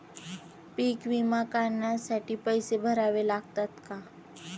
पीक विमा काढण्यासाठी पैसे भरावे लागतात का?